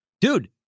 dude